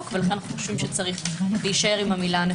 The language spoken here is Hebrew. בחקירה ואז נרחיב את הדיון לדבר הנוסף.